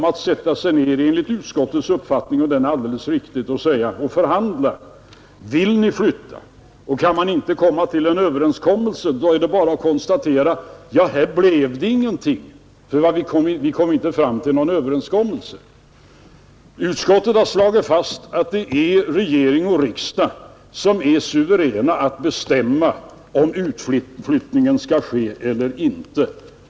Det är enligt utskottets uppfattning inte fråga om att sätta sig ned och acceptera förhandlingar om vederbörande vill flytta och att, om man inte kan komma fram till en överenskommelse, bara konstatera att här blev det ingenting, för vi kom inte fram till någon uppgörelse. Utskottet har slagit fast att det är regering och riksdag som är suveräna att bestämma om utflyttningen skall ske eller inte.